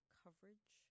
coverage